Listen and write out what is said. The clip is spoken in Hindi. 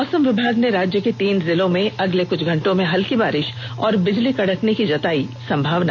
मौसम विभाग ने राज्य के तीन जिलों में अगले कुछ घंटों में हल्की बारिष और बिजली कड़कने की संभावना